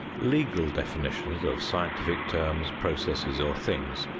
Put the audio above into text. legal definitions of scientific terms, processes, or things,